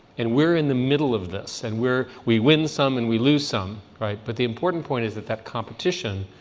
and we're in the middle of this. and we're we win some, and we lose some right? but the important point is that that competition,